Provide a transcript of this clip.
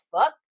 fuck